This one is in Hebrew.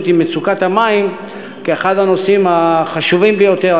עם מצוקת המים כאחד הנושאים החשובים ביותר,